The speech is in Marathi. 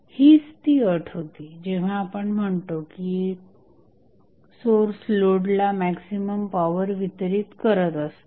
हीच ती अट होती जेव्हा आपण म्हणतो की सोर्स लोडला मॅक्झिमम पॉवर वितरित करत असतो